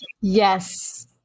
yes